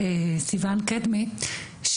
סיון קדמי,